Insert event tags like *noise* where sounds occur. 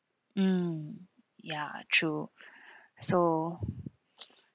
mm ya true *breath* so *noise*